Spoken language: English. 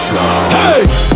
Hey